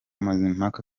mazimpaka